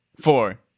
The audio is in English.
four